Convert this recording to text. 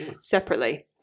Separately